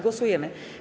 Głosujemy.